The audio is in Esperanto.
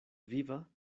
viva